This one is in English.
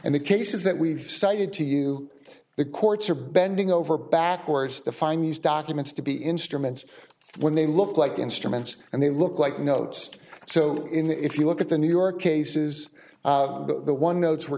and the cases that we've cited to you the courts are bending over backwards to find these documents to be instruments when they look like instruments and they look like notes so in that if you look at the new york cases the one notes were